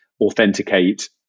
authenticate